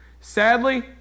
Sadly